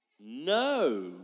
No